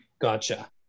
gotcha